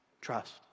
trust